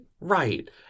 Right